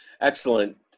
Excellent